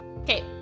Okay